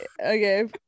Okay